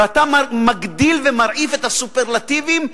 ואתה מגדיל ומרעיף את הסופרלטיבים,